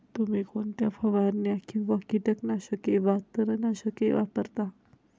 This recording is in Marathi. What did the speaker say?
तुम्ही कोणत्या फवारण्या किंवा कीटकनाशके वा तणनाशके वापरता?